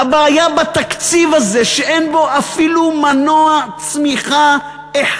והבעיה בתקציב הזה, שאין בו אפילו מנוע צמיחה אחד.